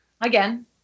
Again